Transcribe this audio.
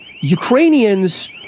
Ukrainians